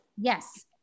Yes